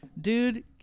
Dude